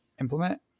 implement